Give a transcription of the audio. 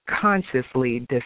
consciously